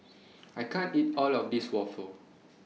I can't eat All of This Waffle